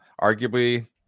arguably